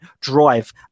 drive